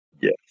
yes